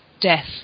death